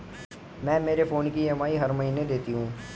मैं मेरे फोन की ई.एम.आई हर महीने देती हूँ